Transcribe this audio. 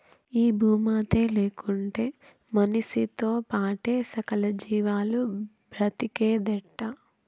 ఈ భూమాతే లేకుంటే మనిసితో పాటే సకల జీవాలు బ్రతికేదెట్టా